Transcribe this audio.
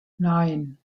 nein